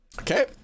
Okay